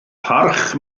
parch